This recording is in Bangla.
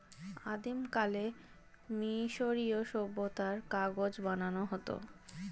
আদিমকালে মিশরীয় সভ্যতায় কাগজ বানানো হতো